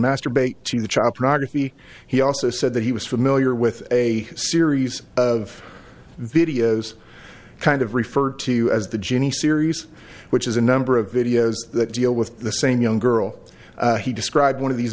masturbate to the child progress he he also said that he was familiar with a series of videos kind of referred to as the jenny series which is a number of videos that deal with the same young girl he described one of these